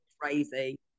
crazy